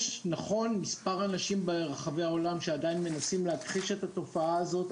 נכון שיש מספר אנשים ברחבי העולם שעדיין מנסים להכחיש את התופעה הזו,